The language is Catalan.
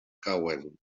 cauen